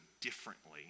differently